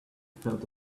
felt